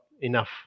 enough